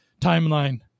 timeline